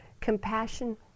compassion